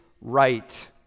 right